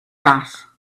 that